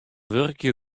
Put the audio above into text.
wurkje